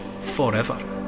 forever